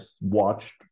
watched